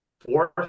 fourth